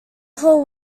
whole